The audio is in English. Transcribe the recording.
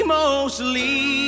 mostly